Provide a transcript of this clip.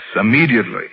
immediately